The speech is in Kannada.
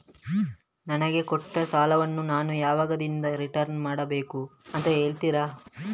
ನನಗೆ ಕೊಟ್ಟ ಸಾಲವನ್ನು ನಾನು ಯಾವಾಗದಿಂದ ರಿಟರ್ನ್ ಮಾಡಬೇಕು ಅಂತ ಹೇಳ್ತೀರಾ?